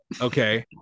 Okay